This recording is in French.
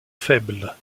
faibles